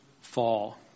fall